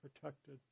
protected